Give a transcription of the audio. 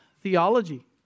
theology